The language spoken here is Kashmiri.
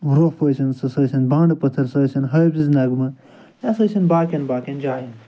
روٚف ٲسِن سُہ سُہ ٲسٕن بانٛڈٕ پٲتھٕر سُہ ٲسِن حٲفظ نگمہٕ یہِ ہَسا چھُنہٕ باقیَن باقیَن جایَن